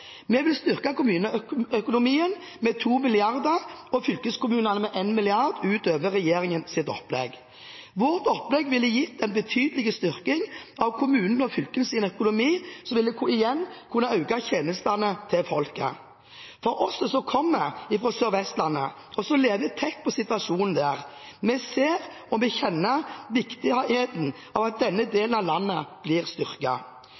Vi vil styrke kommuneøkonomien med 2 mrd. kr og fylkeskommunene med 1 mrd. kr utover regjeringens opplegg. Vårt opplegg ville gitt en betydelig styrking av kommunenes og fylkenes økonomi, som igjen ville kunne øke tjenestene til folket. Vi som kommer fra Sør-Vestlandet, og som lever tett på situasjonen der, ser og kjenner viktigheten av at denne delen av landet blir